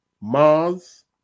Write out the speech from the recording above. Mars